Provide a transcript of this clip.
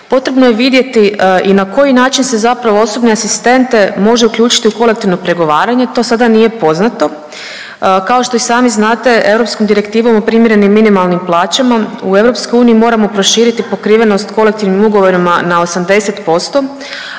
Potrebno je vidjeti i na koji način se zapravo osobne asistente može uključiti u kolektivno pregovaranje, to sada nije poznato. Kao što i sami znate europskom Direktivom o primjerenim minimalnim plaćama u EU moramo proširiti pokrivenost kolektivnim ugovorima na 80%,